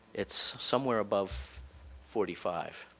it's somewhere above forty five.